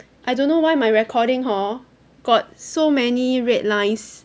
I don't know why my recording hor got so many red lines